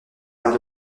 par